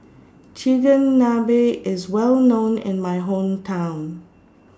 Chigenabe IS Well known in My Hometown